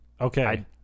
okay